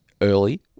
early